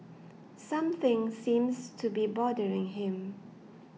something seems to be bothering him